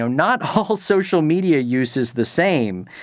not all social media use is the same.